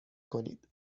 کنید